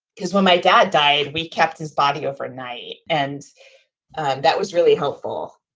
because when my dad died, we kept his body overnight. and that was really helpful.